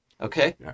okay